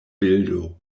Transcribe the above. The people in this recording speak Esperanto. bildo